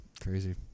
crazy